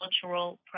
cultural